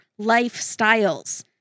lifestyles